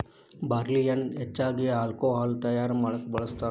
ಬಾರ್ಲಿಯನ್ನಾ ಹೆಚ್ಚಾಗಿ ಹಾಲ್ಕೊಹಾಲ್ ತಯಾರಾ ಮಾಡಾಕ ಬಳ್ಸತಾರ